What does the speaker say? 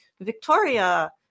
Victoria